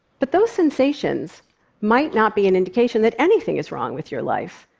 but those sensations might not be an indication that anything is wrong with your life.